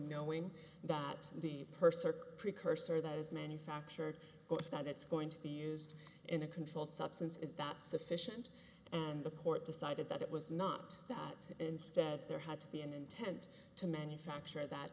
knowing that the purser precursor that is manufactured that it's going to be used in a controlled substance is that sufficient and the court decided that it was not that instead there had to be an intent to manufacture that